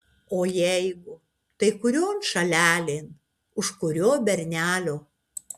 o jeigu tai kurion šalelėn už kurio bernelio